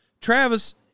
Travis